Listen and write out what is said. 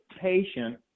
patient